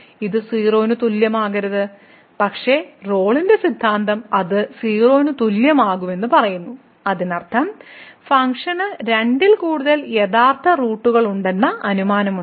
ഇത് 0 ന് തുല്യമാകരുത് പക്ഷേ റോളിന്റെ സിദ്ധാന്തം അത് 0 ന് തുല്യമാകുമെന്ന് പറയുന്നു അതിനർത്ഥം ഫംഗ്ഷന് രണ്ടിൽ കൂടുതൽ യഥാർത്ഥ റൂട്ടുകളുണ്ടെന്ന അനുമാനമുണ്ട്